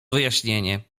wyjaśnienie